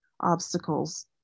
obstacles